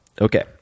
Okay